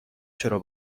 چرا